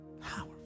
powerful